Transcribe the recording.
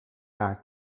jaar